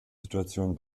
situationen